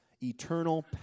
Eternal